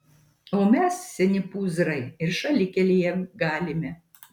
o mes seni pūzrai ir šalikelėje galime